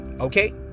okay